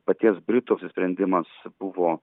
paties britų apsisprendimas buvo